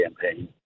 campaign